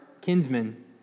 kinsmen